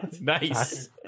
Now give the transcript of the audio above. Nice